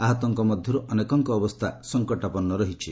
ଆହତଙ୍କ ମଧ୍ୟରୁ ଅନେକଙ୍କ ଅବସ୍ଥା ସଙ୍କଟାପନ୍ନ ରହିଛି